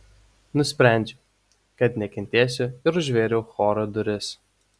nusprendžiau kad nekentėsiu ir užvėriau choro duris